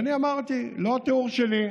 ואני אמרתי, לא תיאור שלי,